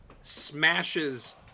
smashes